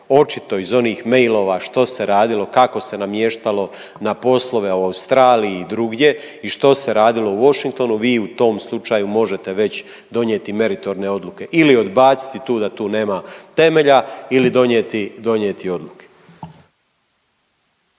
očito iz onih mailova što se radilo, kako se namještalo na poslove u Australiji i drugdje i što se radilo u Washingtonu vi u tom slučaju možete već donijeti meritorne odluke ili odbaciti tu da tu nema temelja ili donijeti,